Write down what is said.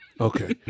okay